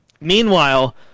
Meanwhile